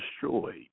destroyed